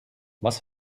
was